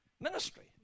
ministry